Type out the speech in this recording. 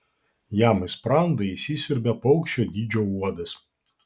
jam į sprandą įsisiurbia paukščio dydžio uodas